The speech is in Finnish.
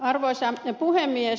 arvoisa puhemies